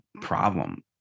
problem